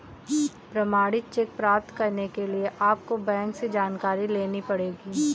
प्रमाणित चेक प्राप्त करने के लिए आपको बैंक से जानकारी लेनी पढ़ेगी